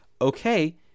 okay